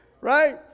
Right